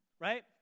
Right